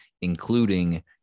including